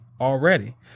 already